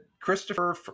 Christopher